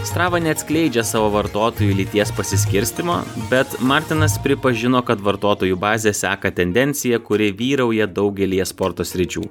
strava neatskleidžia savo vartotojų lyties pasiskirstymo bet martinas pripažino kad vartotojų bazė seka tendenciją kuri vyrauja daugelyje sporto sričių